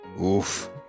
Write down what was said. Oof